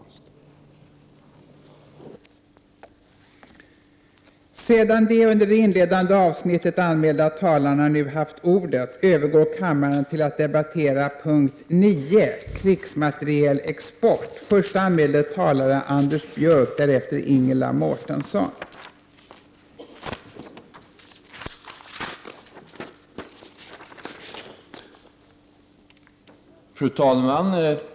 Kammaren övergick till att debattera avsnittet Krigsmaterielexport.